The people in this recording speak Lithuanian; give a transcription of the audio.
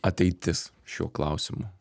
ateitis šiuo klausimu